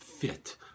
Fit